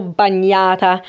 bagnata